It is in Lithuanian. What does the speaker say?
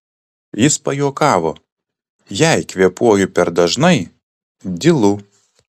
jis pajuokavo jei kvėpuoju per dažnai dylu